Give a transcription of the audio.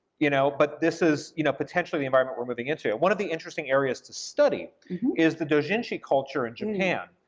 you know but this is you know potentially the environment we're moving in to. one of the interesting areas to study is the dojinshi culture in japan.